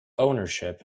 ownership